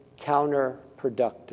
counterproductive